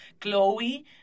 chloe